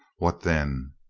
what then?